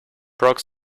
broke